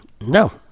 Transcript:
No